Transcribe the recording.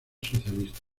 socialista